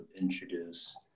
introduce